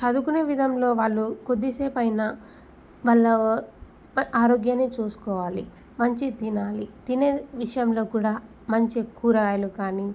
చదువుకునే విధంలో వాళ్ళు కొద్దిసేపైనా వాళ్ళ ఆరోగ్యాన్ని చూసుకోవాలి మంచిగా తినాలి తినే విషయంలో కూడా మంచిగా కూరగాయలు కానీ